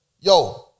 yo